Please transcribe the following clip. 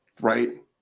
right